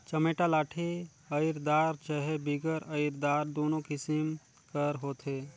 चमेटा लाठी अरईदार चहे बिगर अरईदार दुनो किसिम कर होथे